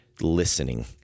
Listening